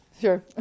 Sure